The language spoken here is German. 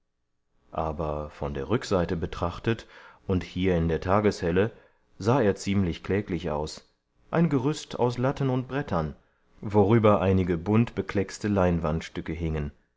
aber von der rückseite betrachtet und hier in der tageshelle sah er ziemlich kläglich aus ein gerüst aus latten und brettern worüber einige buntbekleckste leinwandstücke hingen